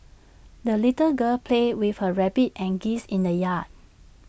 the little girl played with her rabbit and geese in the yard